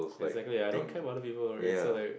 exactly I don't care about other people right so like